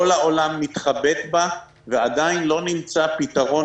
כל העולם מתחבט בה ועדיין לא נמצא פתרון